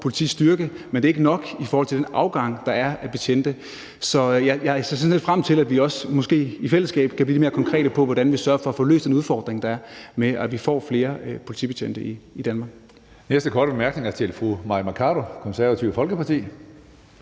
politistyrke, men det er ikke nok i forhold til den afgang, der er, af betjente. Så jeg ser sådan set frem til, at vi måske også i fællesskab kan blive lidt mere konkrete, med hensyn til hvordan vi sørger for at få løst den udfordring, der er med at sørge for, at vi får flere politibetjente i Danmark.